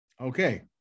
Okay